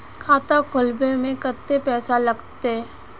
खाता खोलबे में कते पैसा लगते?